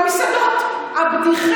אבל קיש,